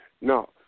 No